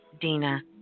Dina